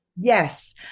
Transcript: Yes